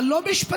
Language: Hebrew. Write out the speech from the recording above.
אבל לא במשפטים.